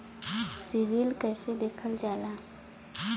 CIBIL कैसे देखल जाला?